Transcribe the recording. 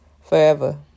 forever